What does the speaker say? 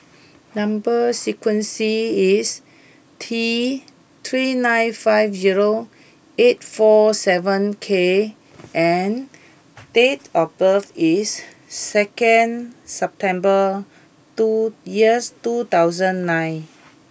number sequence is T three nine five zero eight four seven K and date of birth is second September two yes two thousand nine